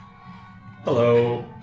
Hello